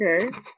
Okay